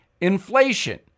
inflation